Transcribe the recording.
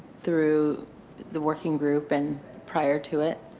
through the working group, and prior to it.